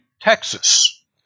Texas